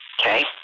Okay